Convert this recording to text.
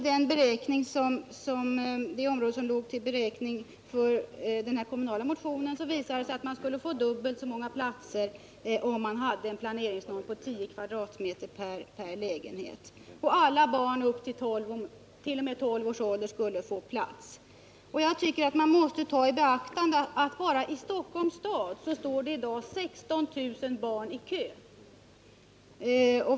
Den beräkning för ett område som låg till grund för min motion i kommunen visar att man skulle få dubbelt så många platser om man hade en planeringsnorm på 10 m? per lägenhet och att alla barn uppt.o.m. 12 års ålder skulle få plats. Jag tycker att man måste ta i beaktande att bara i Stockholms stad står i dag 16 000 barn i kö.